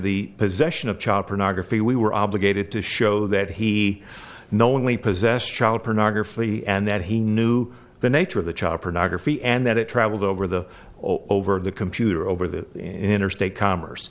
the possession of child pornography we were obligated to show that he knowingly possessed child pornography and that he knew the nature of the chopper nagra fee and that it traveled over the over the computer over the interstate commerce